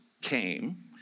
came